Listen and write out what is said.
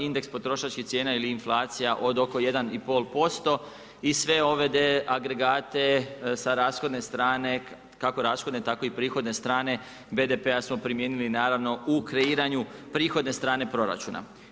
Indeks potrošačkih cijena ili inflacija od oko 1 i pol posto i sve ove agregate sa rashodne strane, kako rashodne, tako i prihodne strane BDP-a smo primijenili naravno u kreiranju prihodne strane proračuna.